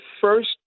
first